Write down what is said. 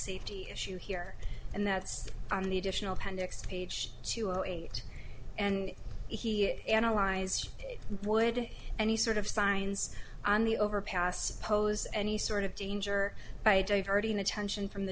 safety issue here and that's on the additional panix page to zero eight and he analyzed would any sort of signs on the overpass pose any sort of danger by diverting attention from the